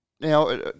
Now